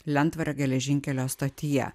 lentvario geležinkelio stotyje